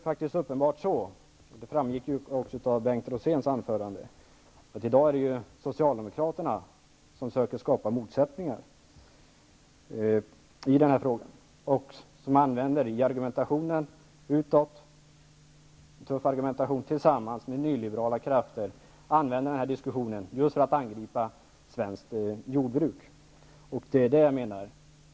Det är uppenbart så -- det framgick också av Bengt Roséns anförande -- att det i dag är Socialdemokraterna som söker skapa motsättningar i denna fråga och använder, tillsammans med nyliberala krafter, diskussionen för att angripa svenskt jordbruk.